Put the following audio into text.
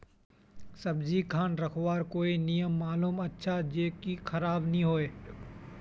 सब्जी खान रखवार कोई नियम मालूम अच्छा ज की खराब नि होय?